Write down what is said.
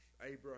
Abraham